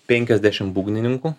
penkiasdešim būgnininkų